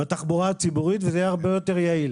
בתחבורה הציבורית, וזה יהיה הרבה יותר יעיל